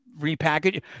repackage